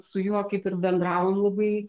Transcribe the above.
su juo kaip ir bendrauju labai